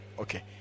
Okay